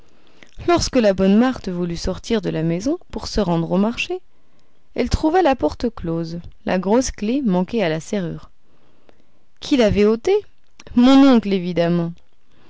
lorsque la bonne marthe voulut sortir de la maison pour se rendre au marché elle trouva la porte close la grosse clef manquait à la serrure qui l'avait ôtée mon oncle évidemment